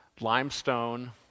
limestone